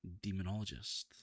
Demonologist